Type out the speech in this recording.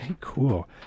cool